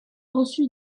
reçu